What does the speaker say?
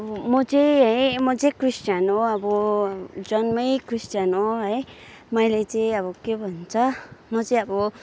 म चाहिँ म चाहिँ क्रिस्टियन हो अब जन्मै क्रिस्टियन हो है मैले चाहिँ अब के भन्छ म चाहिँ अब